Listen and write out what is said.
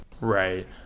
Right